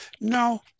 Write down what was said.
No